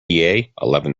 eleven